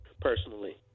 personally